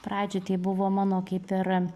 pradžioj tai buvo mano kaip ir